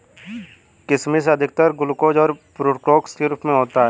किशमिश अधिकतर ग्लूकोस और फ़्रूक्टोस के रूप में होता है